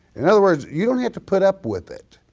in other words, you don't have to put up with it,